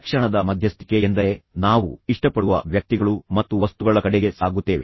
ತಕ್ಷಣದ ಮಧ್ಯಸ್ಥಿಕೆ ಎಂದರೆ ನಾವು ಇಷ್ಟಪಡುವ ವ್ಯಕ್ತಿಗಳು ಮತ್ತು ವಸ್ತುಗಳ ಕಡೆಗೆ ಸಾಗುತ್ತೇವೆ